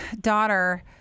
daughter